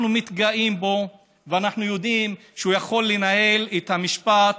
אנחנו מתגאים בו ואנחנו יודעים שהוא יכול לנהל את המשפט